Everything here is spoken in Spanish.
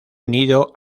unido